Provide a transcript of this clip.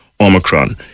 Omicron